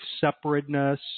separateness